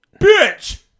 Bitch